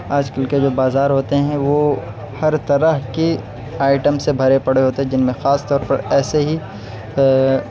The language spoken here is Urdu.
آج کل کے جو بازار ہوتے ہیں وہ ہر طرح کی آئیٹم سے بھرے پڑے ہوتے ہیں جن میں خاص طور پر ایسے ہی